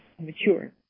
mature